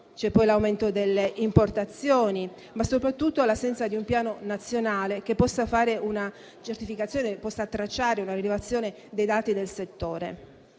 è poi l'aumento delle importazioni, ma soprattutto l'assenza di un piano nazionale che possa fare una certificazione e tracciare una rilevazione dei dati del settore.